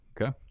okay